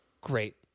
great